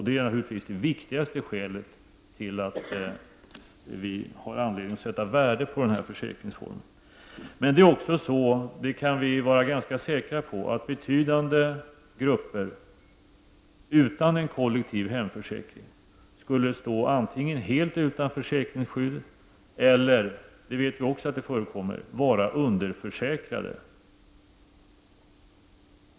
Det är naturligtvis det viktigaste skälet till att vi har anledning att sätta värde på denna försäkringsform. Det är också så, det kan vi vara ganska säkra på, att betydande grupper utan en kollektiv hemförsäkring skulle stå antingen helt utan försäkringsskydd eller -- det vet vi också förekommer -- vara underförsäkrade.